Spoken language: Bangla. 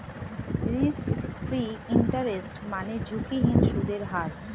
রিস্ক ফ্রি ইন্টারেস্ট মানে ঝুঁকিহীন সুদের হার